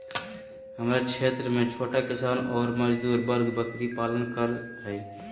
हमरा क्षेत्र में छोट किसान ऑर मजदूर वर्ग बकरी पालन कर हई